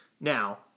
Now